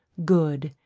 good,